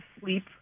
sleep